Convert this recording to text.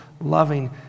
loving